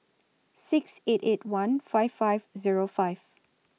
six eight eight one five five Zero five